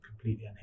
completely